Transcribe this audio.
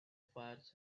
fires